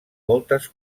moltes